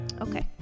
okay